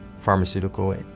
pharmaceutical